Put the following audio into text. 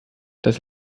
dass